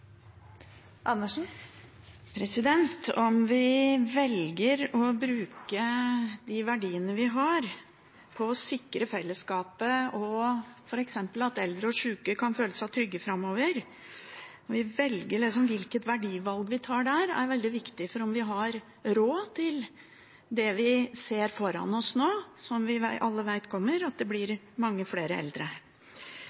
oppfølgingsspørsmål. Om vi velger å bruke de verdiene vi har, på å sikre fellesskapet og f.eks. at eldre og syke kan føle seg trygge framover – det verdivalget vi tar i den forbindelse – blir veldig viktig for om vi har råd til det vi ser foran oss nå, og som vi alle vet kommer, at det blir